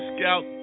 Scout